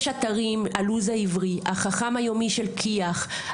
יש אתרים, החכם היומי של כי"ח,